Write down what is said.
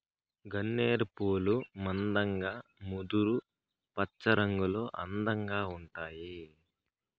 గన్నేరు పూలు మందంగా ముదురు పచ్చరంగులో అందంగా ఉంటాయి